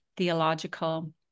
theological